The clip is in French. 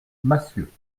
massieux